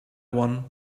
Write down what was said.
one